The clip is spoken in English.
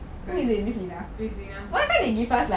cause who is lena